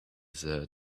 said